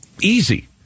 easy